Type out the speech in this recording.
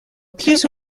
plus